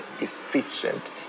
efficient